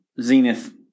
Zenith